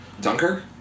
Dunker